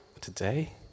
today